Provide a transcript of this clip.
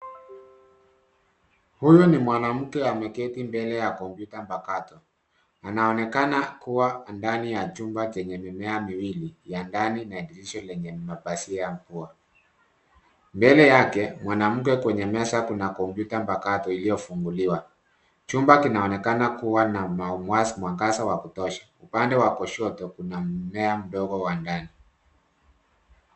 Huyu ni mwanamke ameketi mbele ya komputa mpakato. Anaonekena kuwa ndani ya chumba chenye mimea miwili ya ndani na dirisha lenye mapazia mvua. Mbele yake mwanamke kwenye meza kuna kompyuta mpakato iliyofunguliwa. Chumba kinaonekana kuwa na mwangaza wa kutosha. Upande wa kushoto kuna mmea mdogo wa ndani